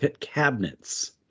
cabinets